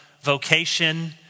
vocation